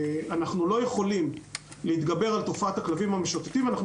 שאנחנו לא יכולים להתגבר על תופעת הכלבים המשוטטים ואנחנו